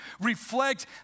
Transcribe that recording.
reflect